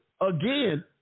again